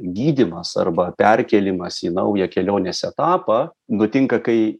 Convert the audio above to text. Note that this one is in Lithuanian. gydymas arba perkėlimas į naują kelionės etapą nutinka kai